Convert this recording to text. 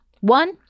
One